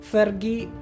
Fergie